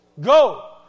Go